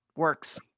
works